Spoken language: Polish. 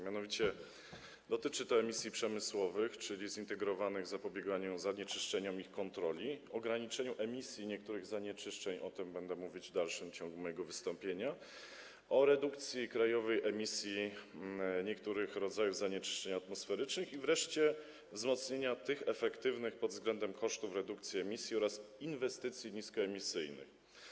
Mianowicie dotyczy to: emisji przemysłowych, czyli zintegrowanego zapobiegania zanieczyszczeniom i ich kontroli, ograniczenia emisji niektórych zanieczyszczeń - o tym będę mówić w dalszym ciągu mojego wystąpienia - redukcji krajowych emisji niektórych rodzajów zanieczyszczeń atmosferycznych i wreszcie wzmocnienia efektywnych pod względem kosztów redukcji emisji oraz inwestycji niskoemisyjnych.